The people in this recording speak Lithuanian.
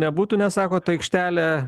nebūtų nes sakot aikštelė